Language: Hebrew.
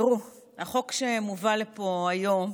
החוק שמובא לפה היום,